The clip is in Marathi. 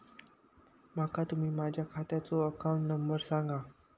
माका तुम्ही माझ्या खात्याचो अकाउंट नंबर सांगा?